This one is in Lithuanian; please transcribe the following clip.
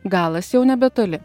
galas jau nebetoli